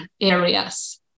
areas